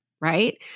right